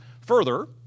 Further